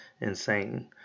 insane